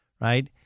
Right